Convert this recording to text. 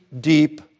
deep